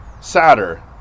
sadder